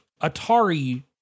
Atari